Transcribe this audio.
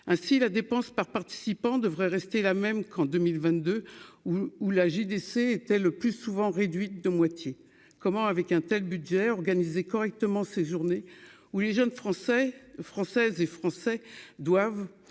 ainsi la dépense par participant devrait rester la même qu'en 2022 hou la JDC étaient le plus souvent réduites de moitié, comment, avec un tel budget organiser correctement séjourné ou les jeunes Français, Françaises et Français doivent